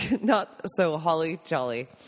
Not-so-holly-jolly